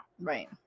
Right